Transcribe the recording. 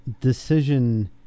decision